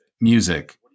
music